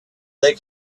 they